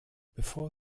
bevor